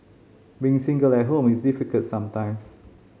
being single at home is difficult sometimes